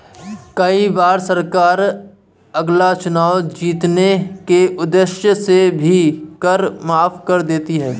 कई बार सरकार अगला चुनाव जीतने के उद्देश्य से भी कर माफ कर देती है